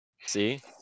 See